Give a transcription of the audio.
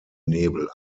nebel